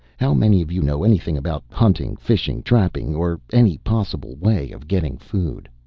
how many of you know anything about hunting, fishing, trapping, or any possible way of getting food?